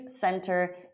Center